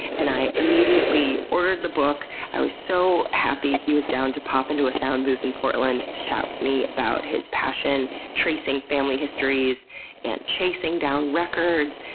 and i immediately ordered the book. i was so happy he was down to pop into a sound booth in portland to chat with me about his passion tracing family histories and chasing down records.